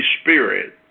Spirit